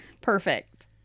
Perfect